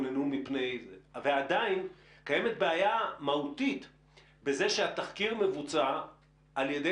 עדיין קיימת בעיה מהותית בזה שהתחקיר מבוצע על ידי